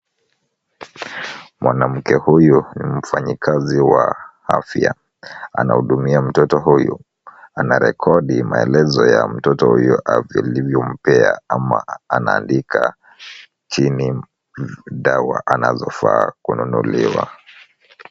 Mwanamke huyu ni mfanyikazi wa afya anahudumia mtoto huyu. Anarekodi maelezo ya mtoto huyo alivyompea ama anaandika chini dawa anazofaa kununuliwa.